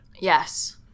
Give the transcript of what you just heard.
Yes